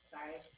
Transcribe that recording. Sorry